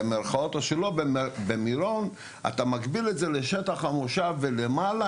במירון אתה מגביל אותו לשטח המושב ולמעלה,